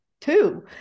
two